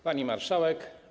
Pani Marszałek!